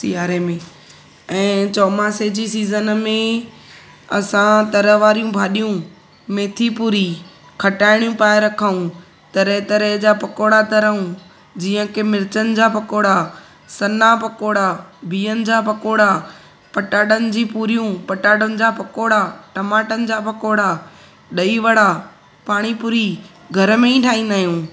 सीआरे में ऐं चौमासे जी सीज़न में असां तर वारियूं भाॼियूं मेथी पूरी खटाइणियूं पाए रखूं तरह तरह जा पकोड़ा तरियूं जीअं त मिर्चनि जा पकोड़ा सना पकोड़ा बीहनि जा पकोड़ा पटाटनि जी पूरियूं पटाटनि जा पकोड़ा टमाटनि जा पकोड़ा ॾही वड़ा पाणी पूरी घर में ई ठाहींदा आहियूं